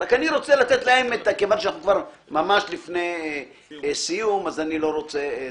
רק כיוון שאנחנו ממש לפני סיום, אני לא רוצה.